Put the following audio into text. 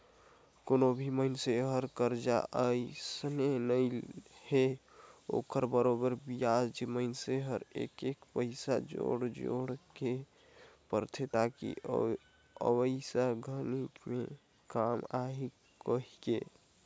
कोनो भी मइनसे हर करजा अइसने नइ हे ओखर बरोबर बियाज मइनसे हर एक एक पइसा जोयड़ जोयड़ के रखथे ताकि अवइया घरी मे काम आही कहीके